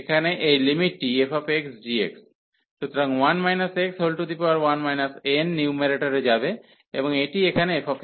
এখানে এই লিমিটটি fxg সুতরাং 1 x1 n নিউম্যারেটরে যাবে এবং এটি এখানে f